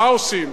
מה עושים?